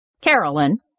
Carolyn